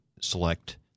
select